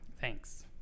Thanks